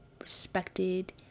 respected